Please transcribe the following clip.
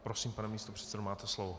Prosím, pane místopředsedo, máte slovo.